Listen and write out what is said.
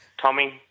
Tommy